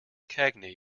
cagney